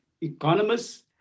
economists